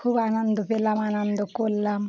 খুব আনন্দ পেলাম আনন্দ করলাম